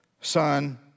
Son